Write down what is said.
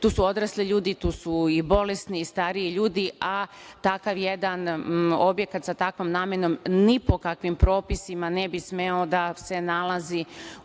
tu su odrasli ljudi, tu su i bolesni i stariji ljudi, a takav jedan objekat sa takvom namenom ni po kakvim propisima ne bi smeo da se nalazi u